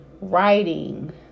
writing